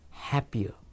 Happier